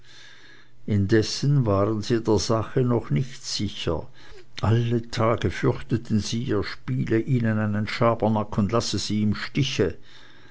indessen waren sie der sache noch nicht sicher alle tage fürchteten sie er spiele ihnen einen schabernack und lasse sie im stiche